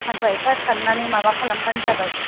सानफा एफा साननानै माबा खालामबानो जाबाय